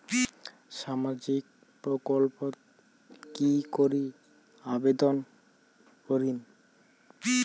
সামাজিক প্রকল্পত কি করি আবেদন করিম?